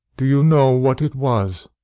do you know what it was?